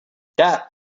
that